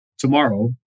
Tomorrow